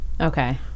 Okay